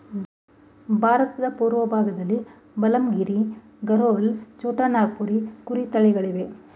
ಭಾರತದ ಪೂರ್ವಭಾಗದಲ್ಲಿ ಬಲಂಗಿರ್, ಗರೋಲ್, ಛೋಟಾ ನಾಗಪುರಿ ಕುರಿ ತಳಿಗಳಿವೆ